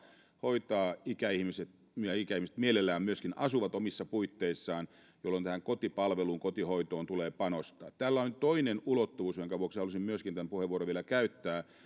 hoitaa ikäihmiset ja ikäihmiset mielellään myöskin asuvat omissa puitteissaan jolloin tähän kotipalveluun kotihoitoon tulee panostaa tällä on toinen ulottuvuus jonka vuoksi halusin myöskin tämän puheenvuoron vielä käyttää ja se